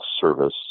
service